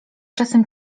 czasem